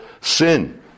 sin